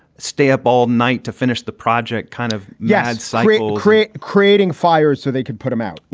stay up all night to finish the project. kind of, yeah. i'd say create creating fires so they could put them out.